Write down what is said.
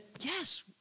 yes